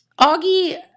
Augie